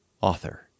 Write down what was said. Author